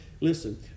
Listen